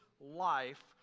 life